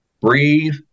breathe